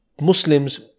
Muslims